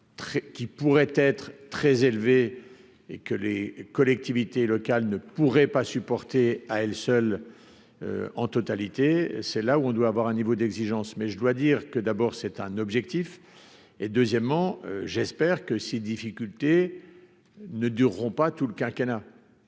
qui pourrait être très élevé et que les collectivités locales ne pourrait pas supporter à elle seule, en totalité, c'est là où on doit avoir un niveau d'exigence, mais je dois dire que d'abord c'est un objectif, et deuxièmement, j'espère que ces difficultés ne dureront pas tout le quinquennat.